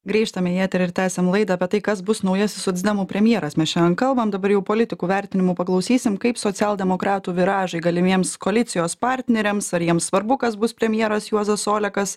grįžtam į eterį ir tęsiam laidą apie tai kas bus naujasis socdemų premjeras mes šiandien kalbam dabar jau politikų vertinimų paklausysim kaip socialdemokratų viražai galimiems koalicijos partneriams ar jiems svarbu kas bus premjeras juozas olekas